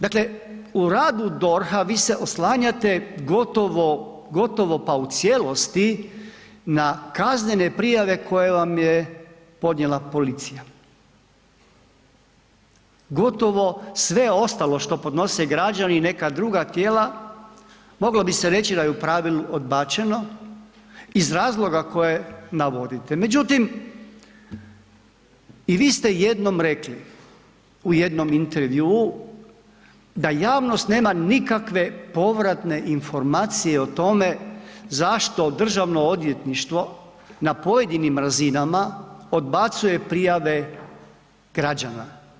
Dakle, u radu DORH-a vi se oslanjate gotovo, gotovo, pa u cijelosti na kaznene prijave koje vam je podnijela policija, gotovo sve ostalo što podnose građani i neka druga tijela moglo bi se reći da je u pravilu odbačeno iz razloga koje navodite, međutim i vi ste jednom rekli u jednom intervjuu da javnost nema nikakve povratne informacije o tome zašto državno odvjetništvo na pojedinim razinama odbacuje prijave građana.